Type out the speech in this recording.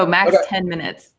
so max ten minutes.